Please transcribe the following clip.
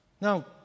Now